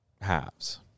halves